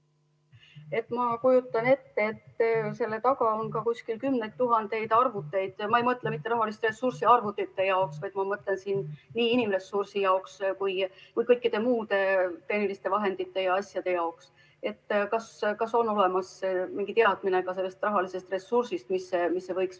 Ma kujutan ette, et selle taga on kümneid tuhandeid arvuteid. Ma ei mõtle mitte siin rahalist ressurssi arvutite jaoks, ma mõtlen rahalist ressurssi nii inimressursi jaoks kui ka kõikide tehniliste vahendite ja asjade jaoks. Kas on olemas mingi teadmine sellest rahalisest ressursist, mis see võiks maksma